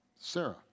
Sarah